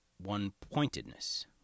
one-pointedness